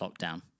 lockdown